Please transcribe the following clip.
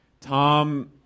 Tom